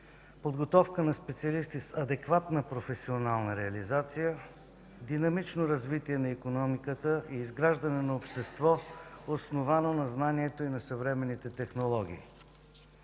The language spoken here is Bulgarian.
подготовка на специалисти с адекватна професионална реализация, динамично развитие на икономиката и изграждане на общество, основано на знанието и на съвременните технологии.